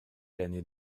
l’année